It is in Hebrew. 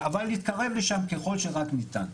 אבל נתקרב לשם ככל שרק ניתן.